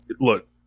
look